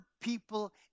people